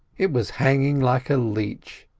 it was hanging like a leech.